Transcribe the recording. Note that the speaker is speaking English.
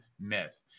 Myth